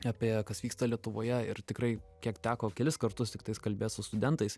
apie kas vyksta lietuvoje ir tikrai kiek teko kelis kartus tiktais kalbėt su studentais